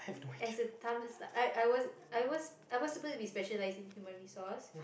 as a I I was I was I was supposed to be specialized in human resource